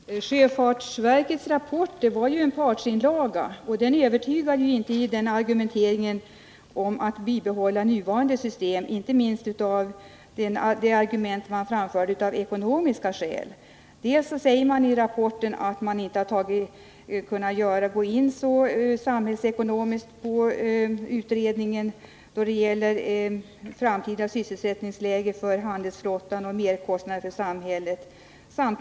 Herr talman! Sjöfartsverkets rapport var en partsinlaga, och den övertygar inte i sin argumentering för att bibehålla nuvarande system. Jag avser inte minst de argument som framförts för att systemet skulle bibehållas av ekonomiska skäl. Dels säger man i rapporten att utredningen inte kunnat gå in så djupt i samhällsekonomiska frågor, bl.a. när det gäller framtida sysselsättningsläge för handelsflottan och merkostnad för samhället.